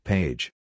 Page